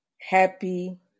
happy